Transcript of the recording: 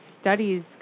studies